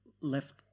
left